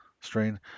strain